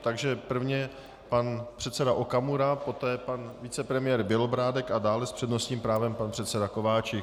Takže první je pan předseda Okamura, poté pan vicepremiér Bělobrádek a dále s přednostním právem pan předseda Kováčik.